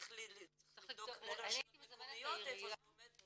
צריך לבדוק מול רשויות מקומיות איפה זה עומד.